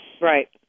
Right